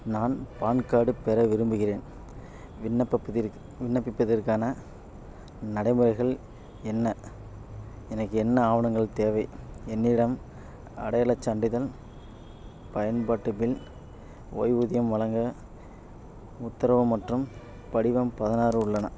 நான் PAN card பெற விரும்புகிறேன் விண்ணப்பப்பதிற் விண்ணப்பிப்பதற்கான நடைமுறைகள் என்ன எனக்கு என்ன ஆவணங்கள் தேவை என்னிடம் அடையாளச் சான்றிதழ் பயன்பாட்டு பில் ஓய்வூதியம் வழங்க உத்தரவு மற்றும் படிவம் பதினாறு உள்ளன